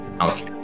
Okay